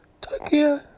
Tokyo